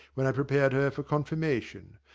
when i prepared her for confirmation.